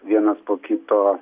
vienas po kito